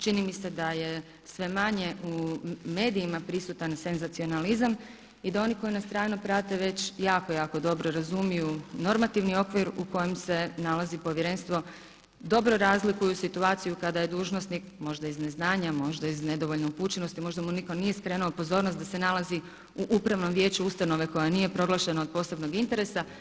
Čini mi se da je sve manje u medijima prisutan senzacionalizam i da oni koji nas trajno prate već jako, jako dobro razumiju normativni okvir u kojem se nalazi Povjerenstvo, dobro razlikuju situaciju kada je dužnosnik možda iz neznanja, možda iz nedovoljne upućenosti, možda mu nitko nije skrenuo pozornost da se nalazi u upravnom vijeću ustanove koja nije proglašena od posebnog interesa.